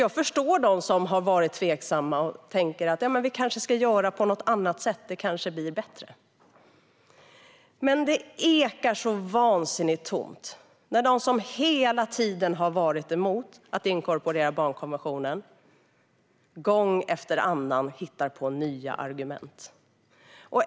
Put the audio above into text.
Jag förstår dem som har varit tveksamma och tänker att det kanske blir bättre om man gör på något annat sätt. Men det ekar så tomt när de som hela tiden har varit emot att inkorporera barnkonventionen gång efter annan hittar på nya argument.